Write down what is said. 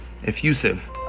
effusive